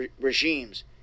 regimes